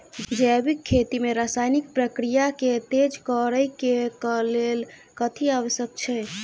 जैविक खेती मे रासायनिक प्रक्रिया केँ तेज करै केँ कऽ लेल कथी आवश्यक छै?